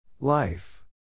Life